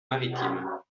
maritimes